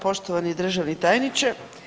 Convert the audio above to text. Poštovani državni tajniče.